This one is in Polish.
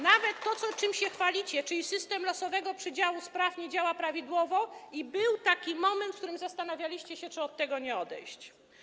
Nawet to, czym się chwalicie, czyli system losowego przydziału spraw, nie działa prawidłowo i był taki moment, w którym zastanawialiście się, czy od tego nie odejść.